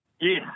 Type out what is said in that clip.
Yes